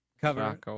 cover